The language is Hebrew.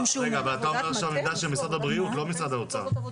אתה אומר עכשיו עמדה של משרד הבריאות ולא של משרד האוצר.